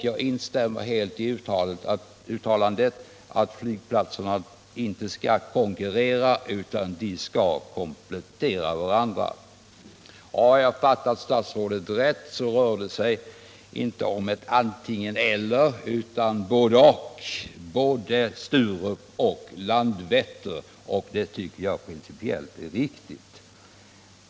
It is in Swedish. Jag instämmer helt i uttalandet att flygplatserna inte skall konkurrera utan komplettera varandra. Har jag fattat statsrådet rätt rör det sig inte om ett antingen-eller utan om ett både-och: både Sturup och Landvetter. Det tycker jag är principiellt riktigt.